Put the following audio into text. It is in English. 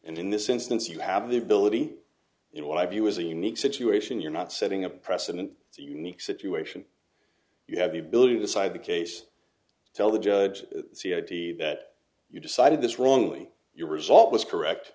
and in this instance you have the ability you know what i view as a unique situation you're not setting a precedent it's a unique situation you have the ability to decide the case tell the judge see id that you decided this wrongly you result was correct